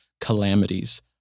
calamities